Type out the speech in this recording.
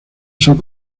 son